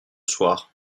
soir